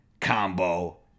Combo